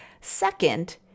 Second